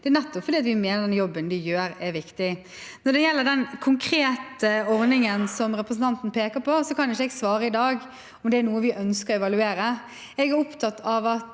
nettopp fordi vi mener jobben de gjør, er viktig. Når det gjelder den konkrete ordningen representanten peker på, kan jeg ikke i dag svare på om det er noe vi ønsker å evaluere. Jeg er opptatt av at